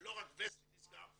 לא רק וסטי נסגר,